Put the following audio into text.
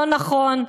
לא נכון,